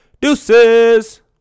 Deuces